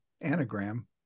Anagram